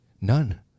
None